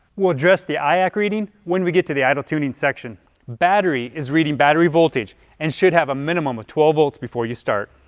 we'll address the iac reading when we get to the idle tuning section. the battery is reading battery voltage and should have a minimum of twelve volts before you start.